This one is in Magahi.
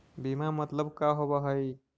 बीमा मतलब का होव हइ?